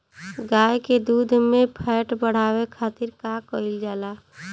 गाय के दूध में फैट बढ़ावे खातिर का कइल जाला?